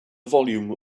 volume